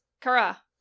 Kara